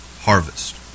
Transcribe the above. harvest